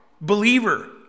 believer